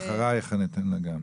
אז אחרייך ניתן לה גם לדבר.